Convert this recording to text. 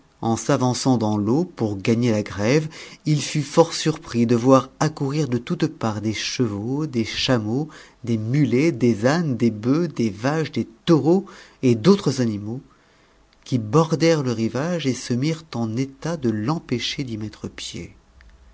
en s'avança dans l'eau pour gagner la grève il fut fort surpris de voir accourir de toutes parts des chevaux des chameaux des mulets des ânes des boeufs des vaches des taureaux et d'autres animaux qui bordèrent le rivage et se mirent en état de l'empêcher d'y mettre le pied